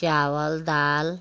चावल दाल